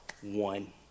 one